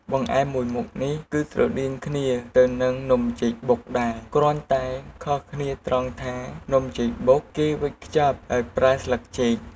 បង្អែមមួយមុខនេះគឺស្រដៀងគ្នាទៅហ្នឹងនំចេកបុកដែរ គ្រាន់តែខុសគ្នាត្រង់ថានំចេកបុកគេវេចខ្ចប់ដោយប្រើស្លឹកចេក។